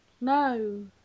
no